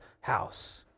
house